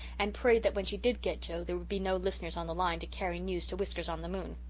and prayed that when she did get joe there would be no listeners on the line to carry news to whiskers-on-the-moon.